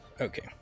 okay